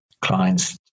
clients